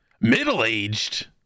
Middle-aged